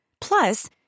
Plus